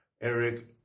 Eric